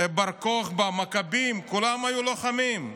בר כוכבא והמכבים, כולם היו לוחמים.